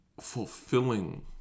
fulfilling